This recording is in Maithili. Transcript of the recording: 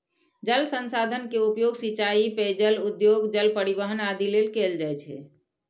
जल संसाधन के उपयोग सिंचाइ, पेयजल, उद्योग, जल परिवहन आदि लेल कैल जाइ छै